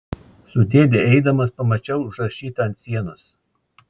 su dėde eidamas pamačiau užrašytą ant sienos